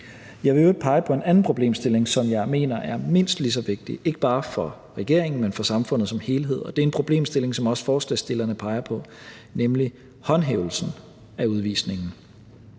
Jeg vil i øvrigt pege på en anden problemstilling, som jeg mener er mindst lige så vigtig – ikke bare for regeringen, men for samfundet som helhed – og det er også en problemstilling, som forslagsstillerne peger på, nemlig håndhævelsen af udvisningen.